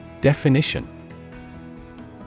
Definition